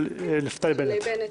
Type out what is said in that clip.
של נפתלי בנט.